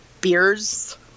beers